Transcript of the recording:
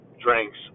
drinks